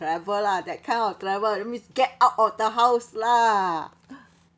travel lah that kind of travel that means get out of the house lah